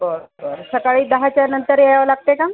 बरं बरं सकाळी दहाच्या नंतर यावं लागतंय का